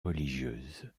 religieuses